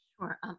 Sure